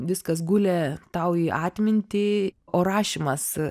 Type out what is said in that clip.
viskas gulė tau į atmintį o rašymas